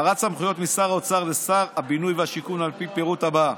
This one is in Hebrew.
העברת סמכויות משר האוצר לשר הבינוי והשיכון על פי הפירוט הבא.